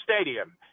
stadium